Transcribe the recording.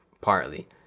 partly